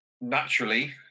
naturally